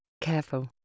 careful